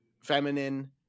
Feminine